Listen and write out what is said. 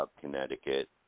Connecticut